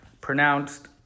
pronounced